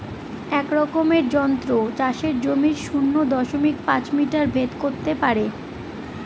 এক রকমের যন্ত্র চাষের জমির শূন্য দশমিক পাঁচ মিটার ভেদ করত পারে